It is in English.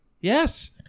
Yes